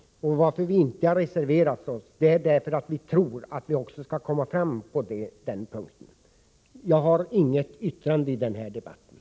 Anledningen till att vi inte heller på denna punkt har reserverat oss är att vi tror att man skall kunna komma fram till en lösning av dessa frågor. Jag har inget yrkande att framställa i den här debatten.